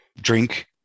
drink